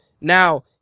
Now